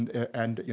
and,